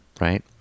Right